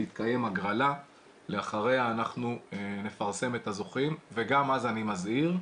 תתקיים הגרלה ולאחריה אנחנו נפרסם את הזוכים וגם אז אני מזהיר,